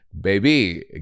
Baby